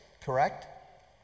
correct